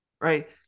right